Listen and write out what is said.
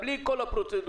בלי כל הפרוצדורות.